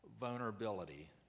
vulnerability